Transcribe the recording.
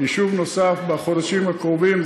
יישוב נוסף בחודשים הקרובים,